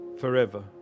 forever